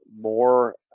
more